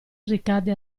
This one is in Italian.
ricadde